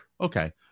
Okay